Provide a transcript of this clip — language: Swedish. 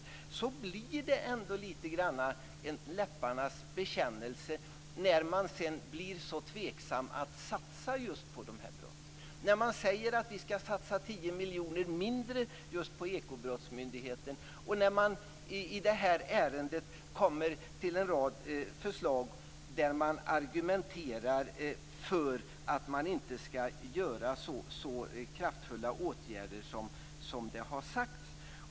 Men det blir ändå lite grann en läpparnas bekännelse eftersom man är så tveksam inför att satsa på bekämpning av dessa brott. Moderaterna säger att man skall satsa 10 miljoner mindre på Ekobrottsmyndigheten och man har en rad förslag där man argumenterar för att det inte skall vidtas så kraftfulla åtgärder som det har sagts.